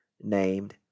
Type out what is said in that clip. named